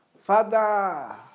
Father